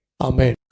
Amen